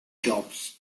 jobs